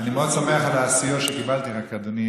אני מאוד שמח על הסיוע שקיבלתי, רק אדוני